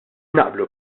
naqblu